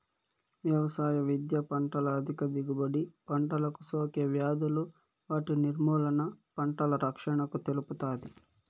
వ్యవసాయ విద్య పంటల అధిక దిగుబడి, పంటలకు సోకే వ్యాధులు వాటి నిర్మూలన, పంటల రక్షణను తెలుపుతాది